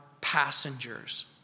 passengers